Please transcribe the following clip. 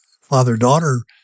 father-daughter